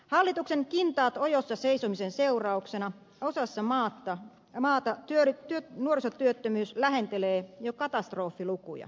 hallituksen kintaat ojossa seisomisen seurauksena osassa maata nuorisotyöttömyys lähentelee jo katastrofilukuja